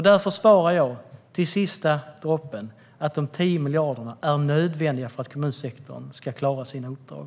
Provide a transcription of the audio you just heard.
Därför svarar jag - till sista andetaget - att de 10 miljarderna är nödvändiga för att kommunsektorn ska klara sina uppdrag.